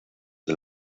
del